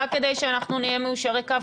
רק כדי שאנחנו נהיה מיושרי קו,